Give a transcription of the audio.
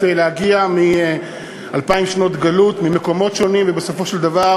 להגיע מאלפיים שנות גלות ממקומות שונים ובסופו של דבר